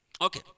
Okay